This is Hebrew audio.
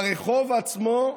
ברחוב עצמו,